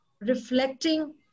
reflecting